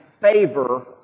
favor